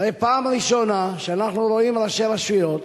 הרי פעם ראשונה שאנחנו רואים ראשי רשויות